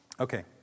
Okay